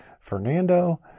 Fernando